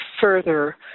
further